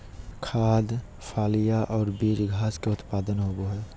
खाद्य, फलियां और बीज घास के उत्पाद होबो हइ